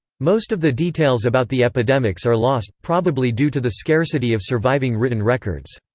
most of the details about the epidemics are lost, probably due to the scarcity of surviving written records.